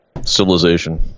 Civilization